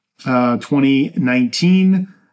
2019